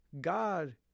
God